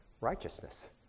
righteousness